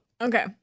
Okay